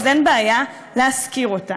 אז אין בעיה להשכיר אותה.